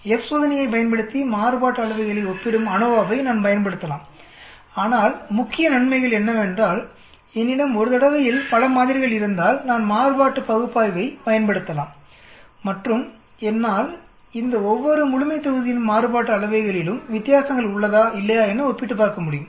F சோதனையைப் பயன்படுத்தி மாறுபாட்டு அளவைகளை ஒப்பிடும் அநோவாவை நான் பயன்படுத்தலாம்ஆனால் முக்கிய நன்மைகள் என்னவென்றால் என்னிடம் 1 தடவையில் பல மாதிரிகள் இருந்தால் நான் மாறுபாட்டு பகுப்பாய்வை பயன்படுத்தலாம் மற்றும் என்னால் இந்த ஒவ்வொரு முழுமைத்தொகுதியின் மாறுபாட்டு அளவைகளிலும் வித்தியாசங்கள் உள்ளதா இல்லையா என ஒப்பிட்டு பார்க்க முடியும்